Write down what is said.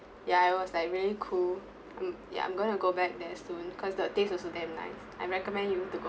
ya it was like really cool I'm ya I'm gonna go back there soon because the taste also damn nice I recommend you to go